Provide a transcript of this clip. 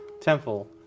temple